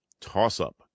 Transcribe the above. Toss-up